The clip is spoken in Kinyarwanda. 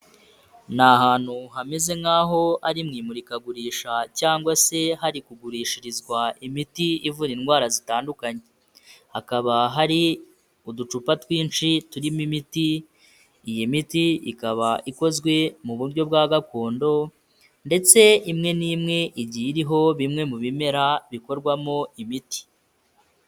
Ni ahantu hameze nk'aho ari mu imurikagurisha cyangwa se hari kugurishirizwa imiti ivura indwara zitandukanye, hakaba hari uducupa twinshi turimo imiti, iyi miti ikaba ikozwe mu buryo bwa gakondo ndetse imwe n'imwe igiye iriho bimwe mu bimera bikorwamo imiti.